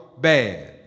bad